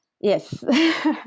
Yes